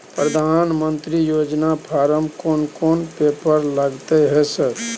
प्रधानमंत्री योजना फारम कोन कोन पेपर लगतै है सर?